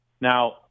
Now